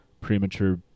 premature